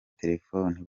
telefoni